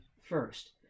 first